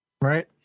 Right